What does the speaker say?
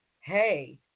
hey